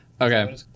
Okay